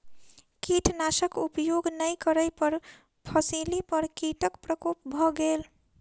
कीटनाशक उपयोग नै करै पर फसिली पर कीटक प्रकोप भ गेल